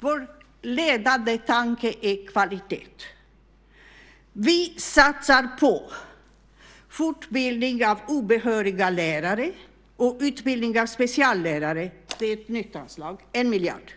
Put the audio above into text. vår ledande tanke är kvalitet. Vi satsar på fortbildning av obehöriga lärare och utbildning av speciallärare - det är ett nytt anslag - med 1 miljard.